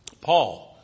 Paul